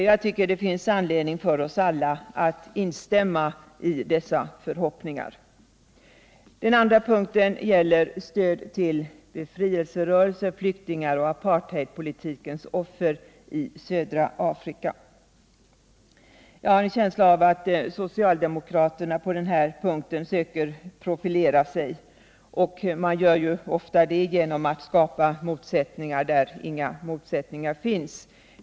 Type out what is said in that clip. Jag tycker att det finns anledning för oss alla att instämma i dessa förhoppningar. Den andra punkten gäller stöd till befrielserörelser, flyktingar och apartheidpolitikens offer i södra Afrika. Jag har en känsla av att socialdemokraterna på den här punkten söker profilera sig. Man gör ju ofta det genom att skapa motsättningar där inga motsättningar finns.